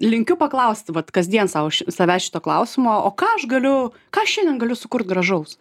linkiu paklausti vat kasdien sau savęs šito klausimo o ką aš galiu ką šiandien galiu sukurt gražaus